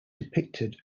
depicted